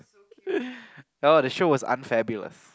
oh the show was Unfabulous